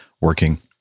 working